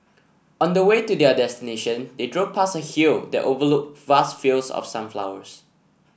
on the way to their destination they drove past a hill that overlooked vast fields of sunflowers